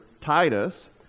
Titus